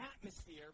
atmosphere